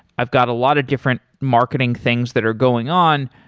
i've got a lot of different marketing things that are going on.